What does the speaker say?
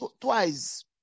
twice